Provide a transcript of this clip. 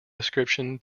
description